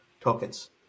tokens